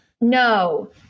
No